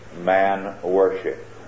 man-worship